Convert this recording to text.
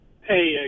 Hey